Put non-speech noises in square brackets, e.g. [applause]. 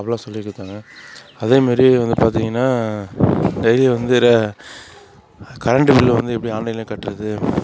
அப்படிலாம் சொல்லிக் கொடுத்தாங்க அதே மாதிரி வந்து பார்த்திங்கன்னா டெய்லி வந்து [unintelligible] கரண்ட் பில் வந்து எப்படி ஆன்லைன்லேயே கட்டுறது